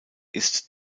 ist